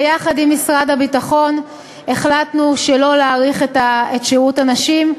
ביחד עם משרד הביטחון החלטנו שלא להאריך את שירות הנשים.